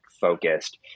focused